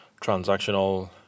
transactional